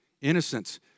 Innocence